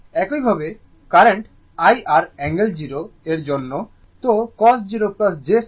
একইভাবে current IR angle 0 এর জন্য তো cos 0 j sin 0o